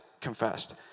confessed